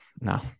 No